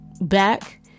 back